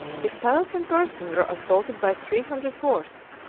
his palace and person were assaulted by three hundred horse,